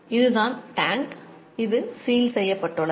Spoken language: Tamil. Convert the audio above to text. இதுதான் டேங்க் இது சீல் செய்யப்பட்டுள்ளது